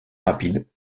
rapides